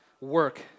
work